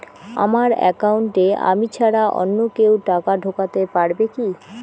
আমার একাউন্টে আমি ছাড়া অন্য কেউ টাকা ঢোকাতে পারবে কি?